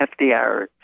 FDR